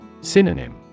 Synonym